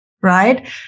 Right